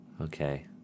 okay